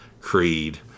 Creed